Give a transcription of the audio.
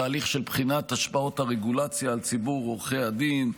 תהליך של בחינת השפעות הרגולציה על ציבור עורכי הדין,